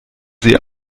sie